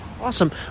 awesome